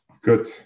good